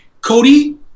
Cody